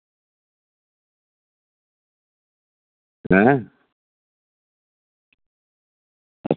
ऐं